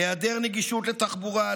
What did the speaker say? היעדר נגישות לתחבורה,